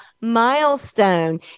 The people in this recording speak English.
milestone